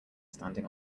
standing